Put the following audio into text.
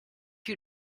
you